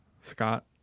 Scott